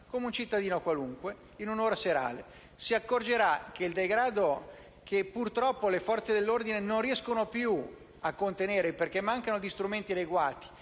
come un cittadino qualunque, in un'ora serale; si accorgerà del degrado che purtroppo le Forze dell'ordine non riescono più a contenere, perché mancano di strumenti adeguati